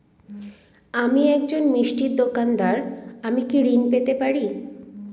আমি একজন মিষ্টির দোকাদার আমি কি ঋণ পেতে পারি?